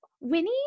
Winnie